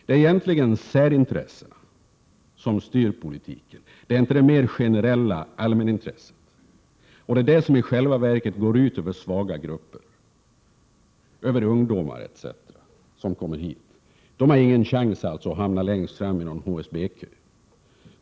Det är egentligen särintressena som styr politiken, inte allmänintresset, och det går ut över svaga grupper, t.ex. ungdomar som kommer hit. De har ingen chans att hamna längst fram i någon HSB-kö.